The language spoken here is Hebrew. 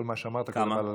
כל מה שאמרת קודם על הלחמים,